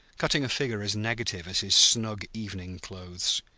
cutting a figure as negative as his snug evening clothes.